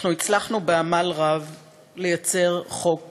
אנחנו הצלחנו בעמל רב ליצור חוק